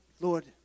Lord